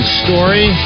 story